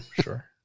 sure